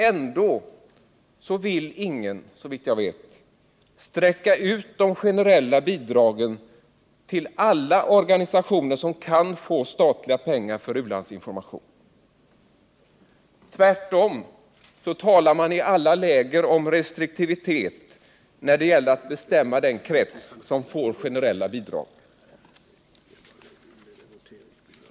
Ändå vill ingen, såvitt jag vet, sträcka ut de generella bidragen till alla organisationer som kan få statliga pengar för u-landsinformation. Tvärtom talar man i alla läger om restriktivitet när det gäller att bestämma den krets som får generella bidrag.